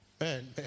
man